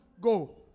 Go